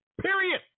period